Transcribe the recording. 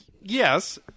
Yes